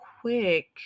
quick